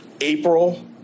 April